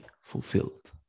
fulfilled